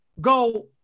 Go